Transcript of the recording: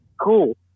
cool